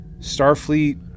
Starfleet